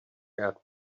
out